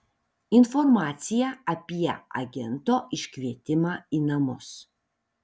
informacija apie agento iškvietimą į namus